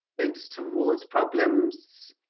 it's towards problems